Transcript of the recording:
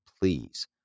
please